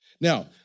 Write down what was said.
Now